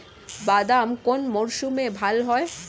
বাদাম কোন মরশুমে ভাল হয়?